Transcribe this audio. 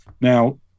now